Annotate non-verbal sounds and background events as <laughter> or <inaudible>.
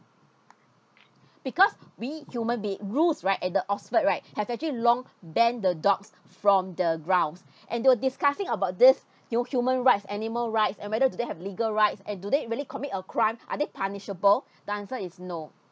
because we human being rules right at the oxford right have actually long banned the dogs from the grounds <breath> and they were discussing about this hu~ human rights animal rights and whether do they have legal rights and do they really commit a crime I think punishable <breath> the answer is no